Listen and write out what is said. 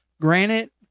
Granite